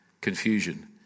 confusion